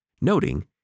noting